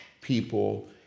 people